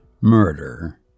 murder